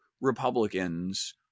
Republicans